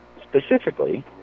Specifically